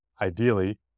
Ideally